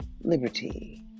liberty